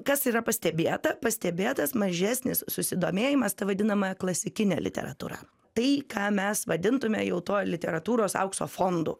kas yra pastebėta pastebėtas mažesnis susidomėjimas ta vadinama klasikine literatūra tai ką mes vadintume jau tuo literatūros aukso fondu